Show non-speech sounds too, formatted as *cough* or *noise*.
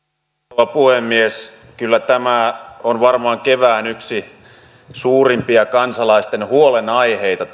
rouva puhemies kyllä tämä kysymys on varmaan kevään yksi suurimpia kansalaisten huolenaiheita *unintelligible*